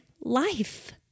life